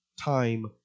time